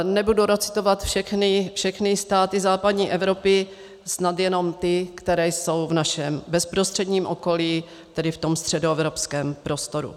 Nebudu recitovat všechny státy západní Evropy, snad jenom ty, které jsou v našem bezprostředním okolí, tedy v tom středoevropském prostoru.